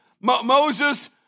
Moses